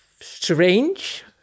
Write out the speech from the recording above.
strange